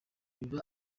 biba